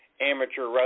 Amateur